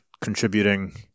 contributing